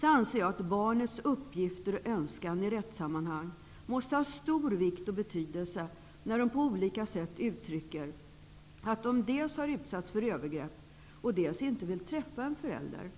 anser jag att barnets uppgifter och önskan i rättssammanhang måste ha stor betydelse, när barnet på olika sätt uttrycker dels att det utsatts för övergrepp, dels att det inte vill träffa en förälder.